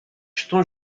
estão